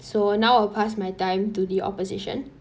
so now I pass my time to the opposition